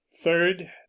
third